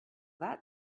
that